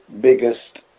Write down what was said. biggest